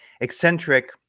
eccentric